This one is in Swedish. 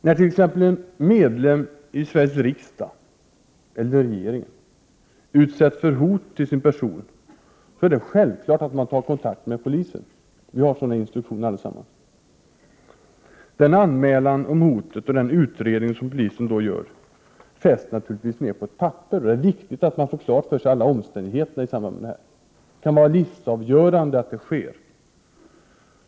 När t.ex. en medlem av Sveriges riksdag eller av regeringen utsätts för hot till sin person är det självklart att han tar kontakt med polisen — vi har allesammans sådana instruktioner. Den anmälan om hotet och den utredning som polisen då gör fästs naturligtvis på papper. Det är viktigt att man får klart för sig alla omständigheter. Det kan vara livsavgörande att det sker.